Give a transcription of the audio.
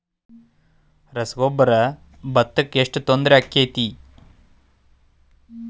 ರಸಗೊಬ್ಬರ, ಭತ್ತಕ್ಕ ಎಷ್ಟ ತೊಂದರೆ ಆಕ್ಕೆತಿ?